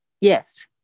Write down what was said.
Yes